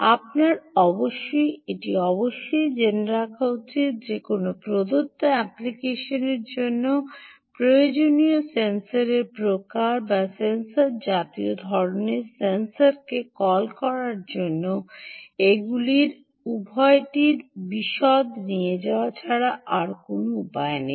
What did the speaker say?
আপনার অবশ্যই এটি অবশ্যই জেনে রাখা উচিত যে কোনও প্রদত্ত অ্যাপ্লিকেশনের জন্য প্রয়োজনীয় সেন্সর প্রকার বা সেন্সর জাতীয় ধরণের সেন্সরকে কল করার জন্য এগুলির উভয়টির বিশদ নিয়ে যাওয়া ছাড়া আর কোনও উপায় নেই